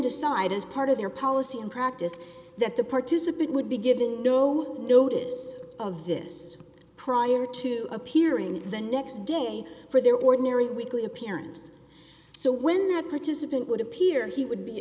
decide as part of their policy in practice that the participant would be given no notice of this prior to appearing the next day for their ordinary weekly appearance so when the participant would appear he would